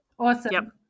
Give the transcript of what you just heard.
Awesome